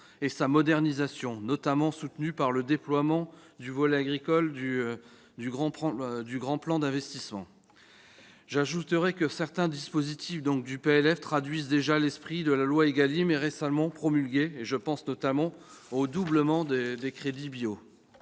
et sa modernisation, notamment soutenue par le déploiement du volet agricole du Grand Plan d'investissement. J'ajoute que certains dispositifs du PLF traduisent déjà l'esprit de la loi ÉGALIM, récemment promulguée ; je pense, notamment, au doublement des crédits du